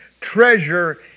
treasure